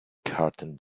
curtain